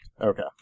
Okay